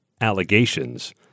allegations